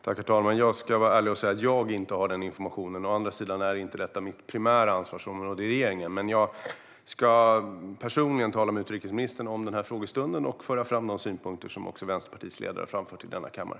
Herr talman! Jag ska vara ärlig och säga att jag inte har den informationen. Å andra sidan är detta inte mitt primära ansvarsområde i regeringen. Men jag ska personligen tala med utrikesministern om den här frågestunden och föra fram de synpunkter som Vänsterpartiets ledare framfört i denna kammare.